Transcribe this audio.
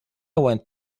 went